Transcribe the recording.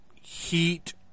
heat